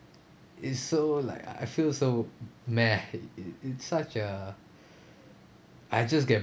it's so like I feel so mad it it such a I just get